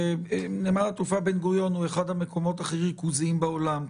נמל התעופה בן גוריון הוא אחד המקומות הכי ריכוזיים בעולם.